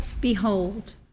Behold